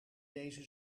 deze